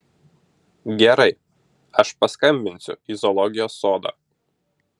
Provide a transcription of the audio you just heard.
gerai aš paskambinsiu į zoologijos sodą